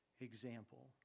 example